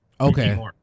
Okay